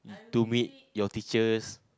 to meet your teachers